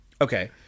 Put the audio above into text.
Okay